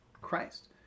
Christ